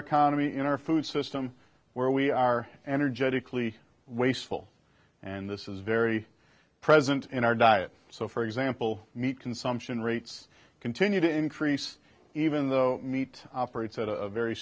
economy in our food system where we are energetically wasteful and this is very present in our diet so for example meat consumption rates continue to increase even though meat operates at a very